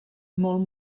molt